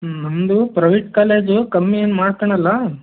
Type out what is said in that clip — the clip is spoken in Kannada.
ಹ್ಞೂ ನಮ್ಮದು ಪ್ರೈವೇಟ್ ಕಾಲೇಜು ಕಮ್ಮಿ ಏನು ಮಾಡ್ಕಳಲ್ಲ